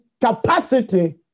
capacity